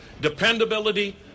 dependability